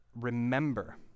remember